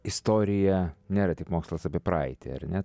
istorija nėra tik mokslas apie praeitį ar ne